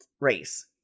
race